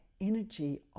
energy